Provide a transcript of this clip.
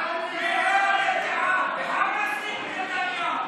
בה"א הידיעה, המסית נתניהו,